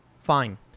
Fine